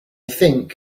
think